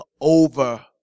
over